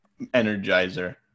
energizer